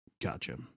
Gotcha